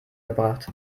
gebracht